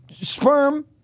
sperm